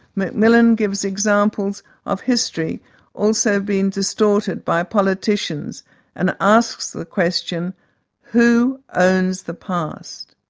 macmillan gives examples of history also being distorted by politicians and asks the question who owns the past?